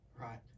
Right